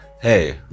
Hey